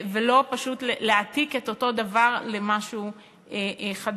ולא פשוט להעתיק את אותו דבר למשהו חדש